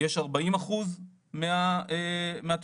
יש 40% מהתושבים,